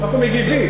אנחנו מגיבים.